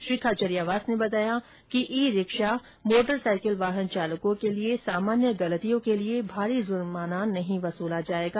श्री खाचरियावास ने बताया कि ई रिक्शा मोटरसाइकिल वाहन चालकों के लिये सामान्य गलतियों के लिये भारी जुर्माना नहीं वसूला जायेगा